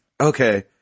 Okay